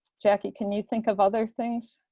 jackie, can you think of other things?